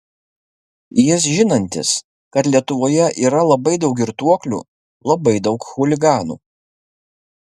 jis žinantis kad lietuvoje yra labai daug girtuoklių labai daug chuliganų